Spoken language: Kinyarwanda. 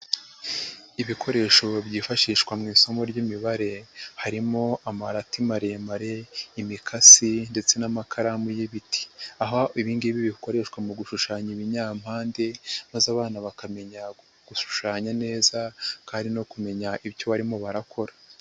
Ibikoresho byifashishwa mu isomo ry'imibare, harimo amarati maremare, imikasi, ndetse n'amakaramu y'ibiti. Aho ibi ngibi bikoreshwa mu gushushanya ibinyapande maze abana bakamenya gushushanya neza kandi no kumenya ibyo barimo barakora.